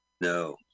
No